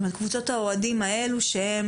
קבוצות האוהדים האלו,